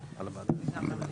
יהודית.